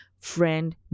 friend